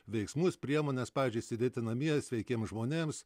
veiksmus priemones pavyzdžiui sėdėti namie sveikiem žmonėms